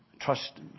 Trust